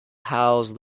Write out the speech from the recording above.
housed